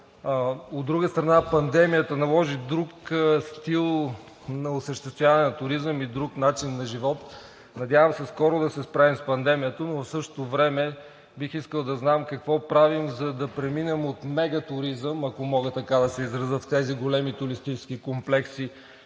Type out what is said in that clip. От друга страна, пандемията наложи друг стил на осъществяване на туризъм и друг начин на живот. Надявам се скоро да се справим с пандемията, но в същото време бих искал да знам: какво правим, за да преминем от мегатуризъм, ако мога така да се изразя, в тези големи туристически комплекси